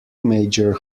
major